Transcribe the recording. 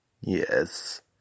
Yes